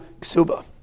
ksuba